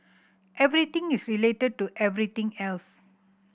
everything is related to everything else